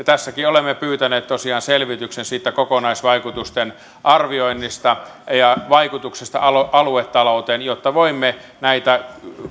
tässäkin olemme tosiaan pyytäneet selvityksen kokonaisvaikutusten arvioinnista ja ja vaikutuksesta aluetalouteen jotta voimme näitä